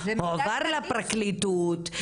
הועבר לפרקליטות,